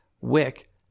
Wick